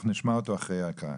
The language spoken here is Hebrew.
אנחנו נשמע אותו אחרי ההקראה.